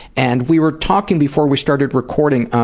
and we were talking before we started recording,